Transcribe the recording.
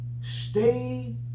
Stay